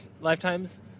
lifetimes